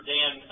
Dan